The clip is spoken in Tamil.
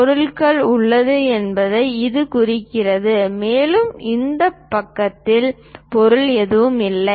பொருள் உள்ளது என்பதை இது குறிக்கிறது மேலும் இந்த பக்கத்தில் பொருள் எதுவும் இல்லை